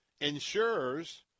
Insurers